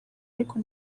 ariko